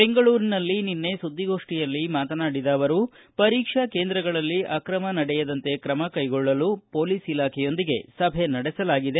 ಬೆಂಗಳೂರಿನಲ್ಲಿ ನಿನ್ನೆ ಸುದ್ವಿಗೋಷ್ಠಿಯಲ್ಲಿ ಮಾತನಾಡಿದ ಅವರು ಪರೀಕ್ಷಾ ಕೇಂದ್ರಗಳಲ್ಲಿ ಅಕ್ರಮ ನಡೆಯದಂತೆ ಕ್ರಮ ಕೈಗೊಳ್ಳಲು ಪೊಲೀಸ್ ಇಲಾಬೆಯೊಂದಿಗೆ ಸಭೆ ನಡೆಸಲಾಗಿದೆ